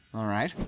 alright.